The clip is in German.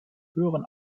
höheren